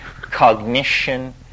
cognition